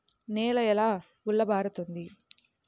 నేల ఎలా గుల్లబారుతుంది?